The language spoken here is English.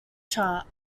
chart